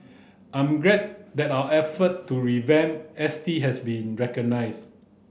I'm glad that our effort to revamp S T has been recognised